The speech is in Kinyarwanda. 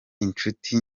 inshuti